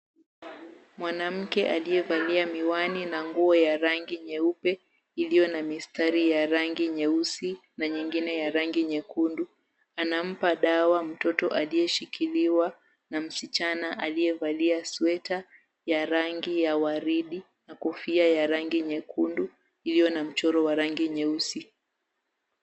Mwanamke aliyevalia miwani na nguo ya rangi nyeupe iliyo na mistari ya rangi nyeusi na nyingine ya rangi nyekundu, anampa dawa mtoto aliyeshikiliwa na msichana aliyevalia sweta ya rangi ya waridi na kofia ya rangi nyekundu iliyo na mchoro wa rangi nyeusi.